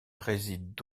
réside